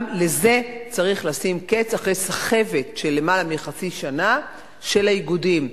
גם לזה צריך לשים קץ אחרי סחבת של למעלה מחצי שנה של האיגודים.